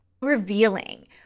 revealing